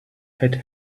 had